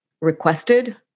requested